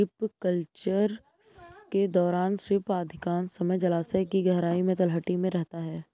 shrimp culture के दौरान shrimp अधिकांश समय जलायश की गहराई में तलहटी में रहता है